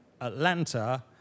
Atlanta